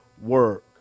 work